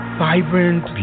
vibrant